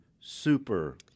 super